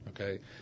Okay